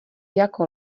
jako